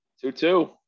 two-two